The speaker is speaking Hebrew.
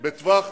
בטווח